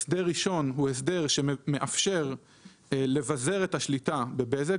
הסדר ראשון, הוא הסדר שמאפשר לבזר את השליטה בבזק.